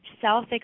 self